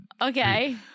Okay